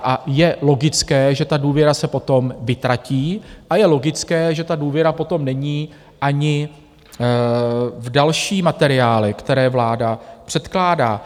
A je logické, že ta důvěra se potom vytratí a je logické, že ta důvěra potom není ani v další materiály, které vláda předkládá.